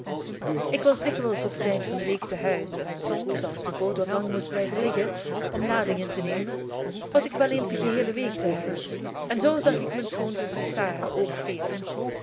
ik was dikwijls op t eind van de week te huis en soms als de boot wat lang moest blijven liggen om lading in te nemen was ik wel eens een geheele week te huis en zoo zag ik mijn schoonzuster sarah ook veel